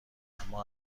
اما